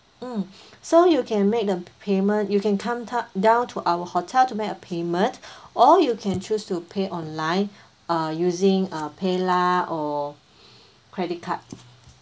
mm so you can make the payment you can come do~ down to our hotel to make a payment or you can choose to pay online uh using uh PayLah or credit card